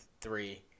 three